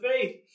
faith